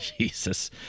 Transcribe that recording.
Jesus